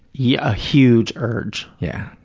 yeah a huge urge. yeah.